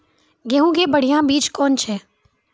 गेहूँ के बढ़िया बीज कौन छ?